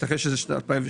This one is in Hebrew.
ייתכן שזה היה 2002,